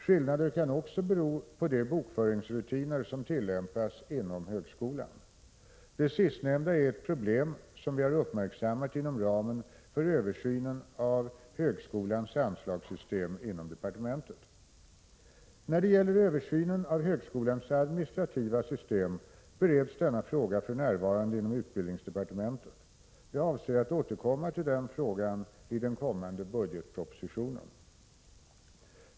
Skillnader kan också bero på de bokföringsrutiner som tillämpas inom högskolan. Det sistnämnda är ett problem som vi har uppmärksammat inom ramen för översynen av högskolans anslagssystem inom departementet. När det gäller översynen av högskolans administrativa system bereds denna fråga för närvarande inom utbildningsdepartementet. Jag avser att återkomma till denna fråga i den kommande budgetpropositionen.